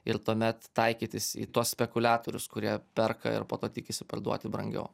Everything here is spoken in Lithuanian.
ir tuomet taikytis į tuos spekuletorius kurie perka ir po to tikisi parduoti brangiau